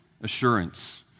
assurance